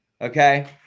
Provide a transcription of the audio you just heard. Okay